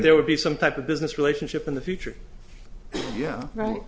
there would be some type of business relationship in the future yeah well